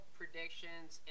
predictions